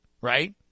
right